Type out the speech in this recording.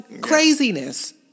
craziness